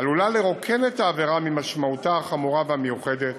עלולה לרוקן את העבירה ממשמעותה החמורה והמיוחדת